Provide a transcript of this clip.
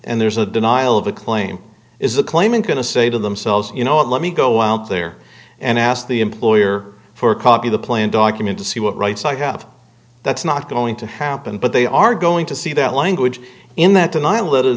and there's a denial of a claim is the claimant going to say to themselves you know what let me go out there and ask the employer for a copy the plan document to see what rights i have that's not going to happen but they are going to see that language in that denial letter